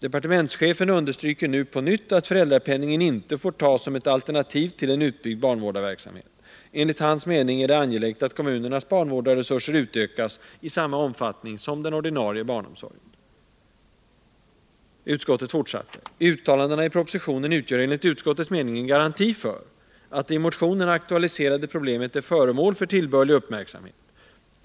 Departementschefen understryker nu på nytt att föräldrapenningen inte får tas som ett alternativ till en utbyggd barnvårdarverksamhet. Enligt hans mening är det angeläget att kommunernas barnvårdarresurser utökas i samma omfattning som den ordinarie barnomsorgen. Uttalandena i propositionen utgör enligt utskottets mening en garanti för att det i motionen aktualiserade problemet är föremål för tillbörlig uppmärksamhet.